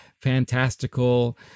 fantastical